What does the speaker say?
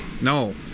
No